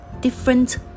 different